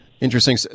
interesting